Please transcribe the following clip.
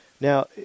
now